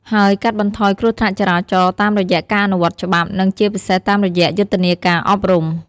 ហើយកាត់បន្ថយគ្រោះថ្នាក់ចរាចរណ៍តាមរយៈការអនុវត្តច្បាប់ និងជាពិសេសតាមរយៈយុទ្ធនាការអប់រំ។